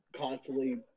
constantly